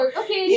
okay